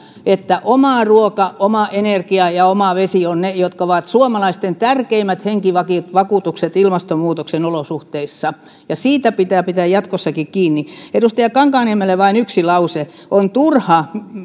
että oma ruoka oma energia ja oma vesi ovat ne jotka ovat suomalaisten tärkeimmät henkivakuutukset ilmastonmuutoksen olosuhteissa siitä pitää pitää jatkossakin kiinni edustaja kankaanniemelle vain yksi lause on turha